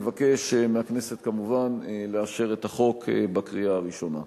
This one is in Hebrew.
אני מבקש מהכנסת כמובן לאשר את הצעת החוק בקריאה הראשונה.